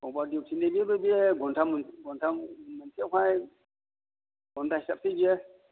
अभार दिउथिनि बे बायदि घन्टा घन्टा मोनसेआवहाय घन्टा हिसाबसो बियो